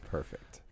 Perfect